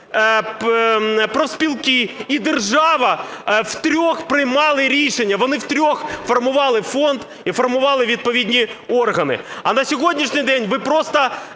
профспілки і держава втрьох приймали рішення, вони втрьох формували фонд і формували відповідні органи. А на сьогоднішній день ви просто